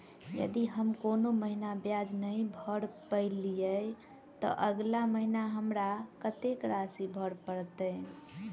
यदि हम कोनो महीना ब्याज नहि भर पेलीअइ, तऽ अगिला महीना हमरा कत्तेक राशि भर पड़तय?